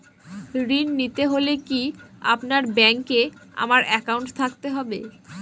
ঋণ নিতে হলে কি আপনার ব্যাংক এ আমার অ্যাকাউন্ট থাকতে হবে?